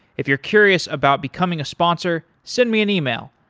if you're curious about becoming a sponsor, send me an email,